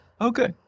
Okay